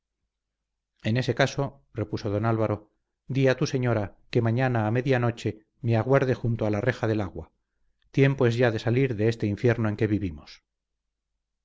en ese caso repuso don álvaro di a tu señora que mañana a media noche me aguarde junto a la reja del agua tiempo es ya de salir de este infierno en que vivimos